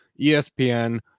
ESPN